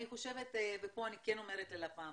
פה אני כן אומרת ללפ"מ,